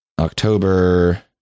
October